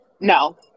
No